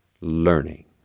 learning